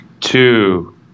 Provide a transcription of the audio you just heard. two